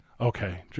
Okay